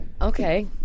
Okay